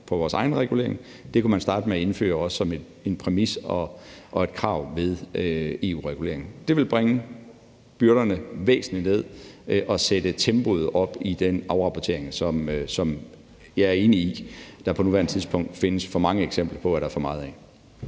i vores egen regulering. Det kunne man starte med også at indføre som en præmis og et krav ved EU-regulering. Det ville bringe byrderne væsentligt ned og sætte tempoet op i den afrapportering, som jeg er enig i at der på nuværende tidspunkt findes for mange eksempler på der er for meget af.